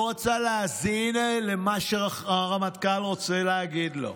הוא לא רצה להאזין למה שהרמטכ"ל רוצה להגיד לו,